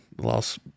Lost